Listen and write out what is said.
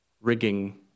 rigging